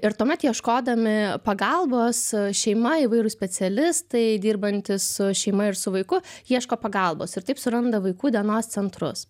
ir tuomet ieškodami pagalbos šeima įvairūs specialistai dirbantys su šeima ir su vaiku ieško pagalbos ir taip suranda vaikų dienos centrus